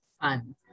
Fun